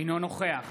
אינו נוכח